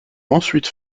ensuite